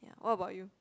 what about you